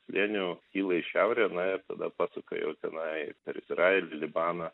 slėniu kyla į šiaurę na ir tada pasuka jau tenai per izraelį libaną